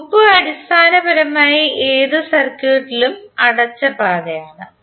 loop അടിസ്ഥാനപരമായി ഏത് സർക്യൂട്ടിലും അടച്ച പാതയാണ്